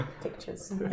Pictures